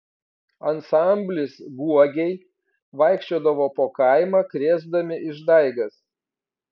ansamblis guogiai vaikščiodavo po kaimą krėsdami išdaigas